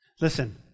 Listen